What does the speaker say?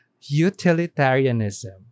utilitarianism